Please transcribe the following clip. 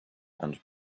and